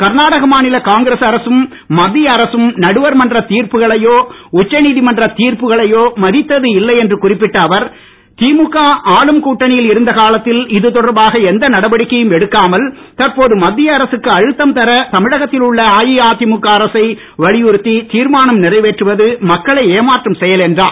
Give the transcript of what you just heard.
கர்நாடக மாநில காங்கிரஸ் அரசும் மத்திய அரசும் நடுவர் மன்றத் தீர்ப்புகளையோ உச்ச நீதிமன்றத் தீர்ப்புகளையோ மதித்தது இல்லை என்று குறிப்பிட்ட அவர் திமுக ஆளும் கூட்டணியில் இருந்த காலத்தில் இது தொடர்பாக எந்த நடவடிக்கையும் எடுக்காமல் தற்போது மத்திய அரசுக்கு அழுத்தம் தர தமிழகத்தில் உள்ள அஇஅதிமுக அரசை வலியுறுத்தித் தீர்மானம் நிறைவேற்றுவது மக்களை ஏமாற்றும் செயல் என்றார்